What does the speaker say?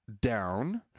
down